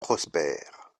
prosper